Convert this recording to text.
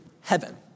heaven